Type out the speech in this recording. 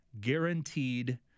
guaranteed